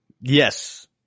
Yes